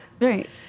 right